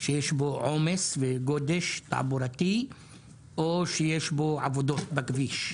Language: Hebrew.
שיש בו עומס וגודש תעבורתי או שיש בו עבודות בכביש.